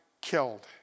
killed